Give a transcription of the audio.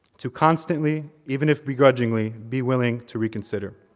to constantly, even if begrudgingly, be willing to reconsider.